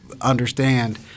understand